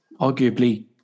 arguably